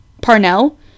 parnell